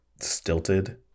stilted